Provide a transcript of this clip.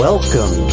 Welcome